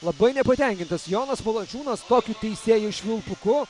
labai nepatenkintas jonas valančiūnas tokiu teisėjų švilpuku